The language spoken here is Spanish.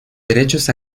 derechos